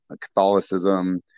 Catholicism